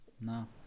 No